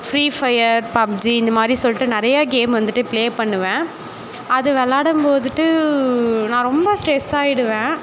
free fire PUBG இந்த மாதிரி சொல்லிட்டு நிறையா கேம் வந்துட்டு ப்ளே பண்ணுவேன் அது விளாடும்போதுட்டு நான் ரொம்ப ஸ்ட்ரெஸ் ஆகிடுவேன்